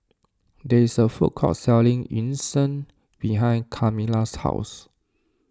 there is a food court selling Yu Sheng behind Camila's house